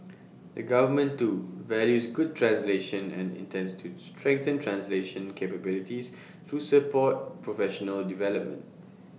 the government too values good translation and intends to strengthen translation capabilities through support professional development